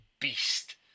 beast